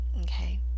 Okay